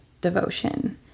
devotion